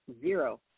Zero